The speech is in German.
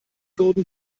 golden